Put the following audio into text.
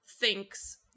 thinks